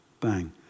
Bang